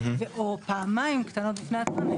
או פעמיים קטנות בפני עצמן,